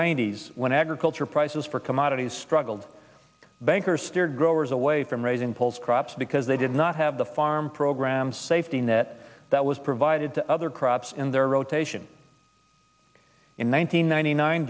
ninety s when agriculture prices for commodities struggled bankers steered growers away from raising poles crops because they did not have the farm program safety net that was provided to other crops in their rotation in